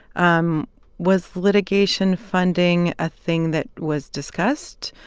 um was litigation funding a thing that was discussed?